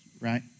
right